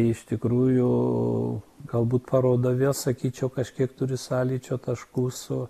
iš tikrųjų galbūt paroda vėl sakyčiau kažkiek turi sąlyčio taškų su